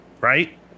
right